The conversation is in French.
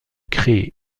créer